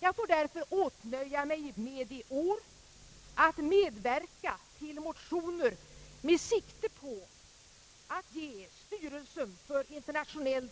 Jag får därför nöja mig med att i år medverka till motioner med sikte på att ge styrelsen för internationell